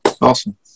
Awesome